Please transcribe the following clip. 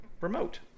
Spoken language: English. remote